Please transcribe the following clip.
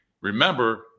Remember